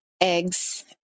eggs